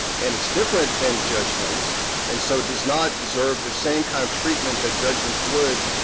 and it's different than judgments and so does not deserve the same kind of treatment that judgments would,